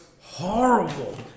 horrible